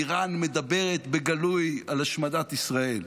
איראן מדברת בגלוי על השמדת ישראל.